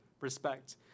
respect